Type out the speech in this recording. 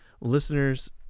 listeners